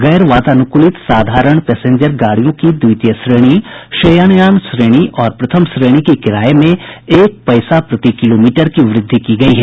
गैर वातानुकूलित साधारण पैसेंजर गाड़ियों की द्वितीय श्रेणी शयनयान श्रेणी और प्रथम श्रेणी के किराये में एक पैसा प्रति किलोमीटर की वृद्धि की गयी है